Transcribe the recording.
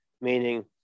meaning